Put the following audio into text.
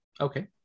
Okay